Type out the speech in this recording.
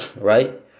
right